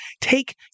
take